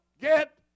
get